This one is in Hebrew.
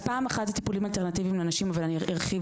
אז פעם אחת הטיפולים האלטרנטיביים לנשים אבל אני ארחיב